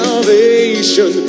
Salvation